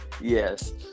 Yes